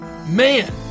Man